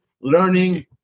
learning